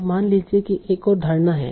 अब मान लीजिए कि एक और धारणा है